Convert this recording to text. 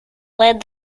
led